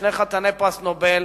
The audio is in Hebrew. שני חתני פרס נובל,